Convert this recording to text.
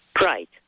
Right